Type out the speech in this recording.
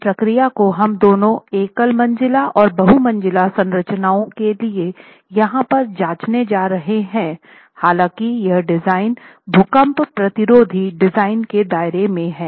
इस प्रक्रिया को हम दोनों एकल मंजिला और बहुमंजिला संरचनाओं के लिए यहाँ पर जाँचने जा रहे हैं हालांकि यह डिज़ाइन भूकंप प्रतिरोधी डिजाइन के दायरे में है